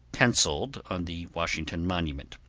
penciled on the washington monument.